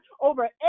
over